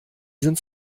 sind